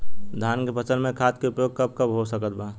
धान के फसल में खाद के उपयोग कब कब हो सकत बा?